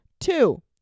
Two